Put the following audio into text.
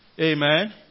Amen